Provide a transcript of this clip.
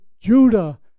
Judah